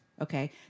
Okay